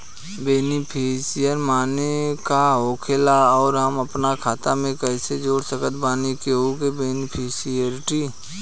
Beneficiary माने का होखेला और हम आपन खाता मे कैसे जोड़ सकत बानी केहु के बेनीफिसियरी?